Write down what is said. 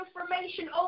information